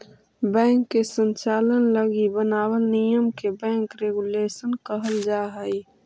bank के संचालन लगी बनावल नियम के बैंक रेगुलेशन कहल जा हइ